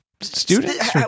students